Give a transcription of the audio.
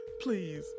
Please